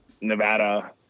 Nevada